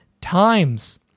times